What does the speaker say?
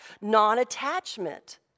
non-attachment